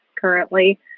currently